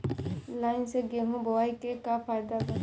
Line से गेहूं बोआई के का फायदा बा?